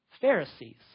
Pharisees